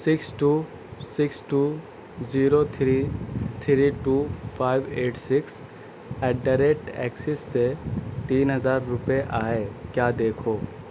six two six two zero three three two five eight six eight the rate Axis سے تین ہزار روپئے آئے کیا دیکھو